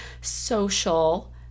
social